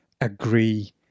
agree